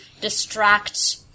distract